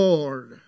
Lord